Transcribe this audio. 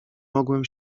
mogłem